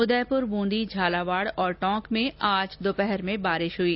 उदयपुर बूंदी झालावाड़ टोंक में दोपहर में बारिश हुई